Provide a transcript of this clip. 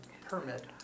permit